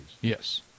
Yes